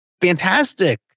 fantastic